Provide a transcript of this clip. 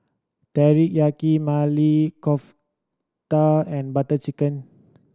Teriyaki Maili Kofta and Butter Chicken